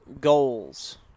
goals